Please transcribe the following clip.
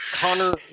Connor